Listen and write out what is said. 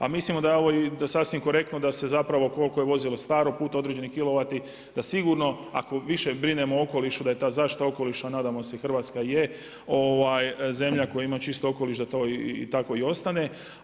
A mislimo da je ovo sasvim korektno da se koliko je vozilo staro puta određeni kilovati da sigurno ako više brinemo o okolišu da je ta zaštita okoliša nadamo se i Hrvatska je zemlja koja ima čist okoliš, da to tako i ostane.